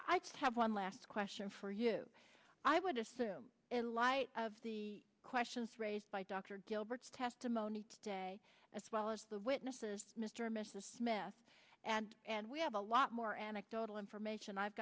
just have one last question for you i would assume in light of the questions raised by dr gilbert's testimony today as well as the witnesses mr mrs smith and and we have a lot more anecdotal information i've